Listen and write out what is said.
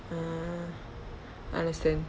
ah understand